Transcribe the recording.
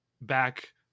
back